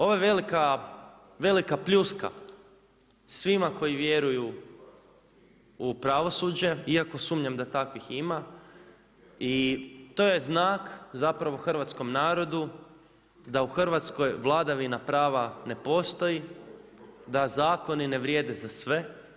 Ovo je velika pljuska svima koji vjeruju u pravosuđe, iako sumnjam da takvih ima i to je znak zapravo hrvatskom narodu da u Hrvatskoj vladavina prava ne postoji, da zakoni ne vrijede za sve.